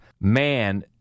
man